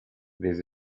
this